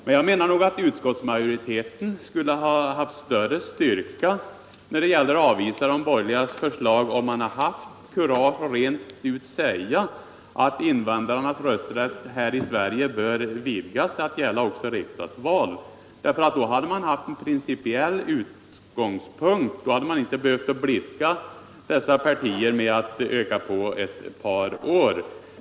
Men jag menar att utskottsmajoriteten skulle ha haft större styrka att avvisa de borgerligas förslag, om man hade haft kurage att rent ut säga att invandrarnas rösträtt här i Sverige bör vidgas till att gälla också riksdagsval. Då hade man haft en principiell utgångspunkt, och då hade man inte behövt blidka de borgerliga partierna genom att öka på ett par år.